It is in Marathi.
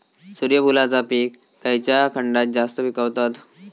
सूर्यफूलाचा पीक खयच्या खंडात जास्त पिकवतत?